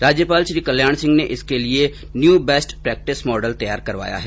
राज्यपाल श्री कल्याण सिंह ने इसके लिए न्यू बेस्ट प्रेक्टिस मॉडल तैयार करवाया है